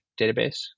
database